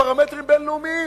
פרמטרים בין-לאומיים,